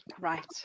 Right